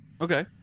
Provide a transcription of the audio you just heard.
okay